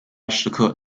石刻